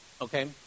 Okay